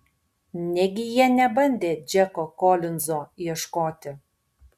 negi jie nebandė džeko kolinzo ieškoti